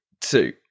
two